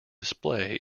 display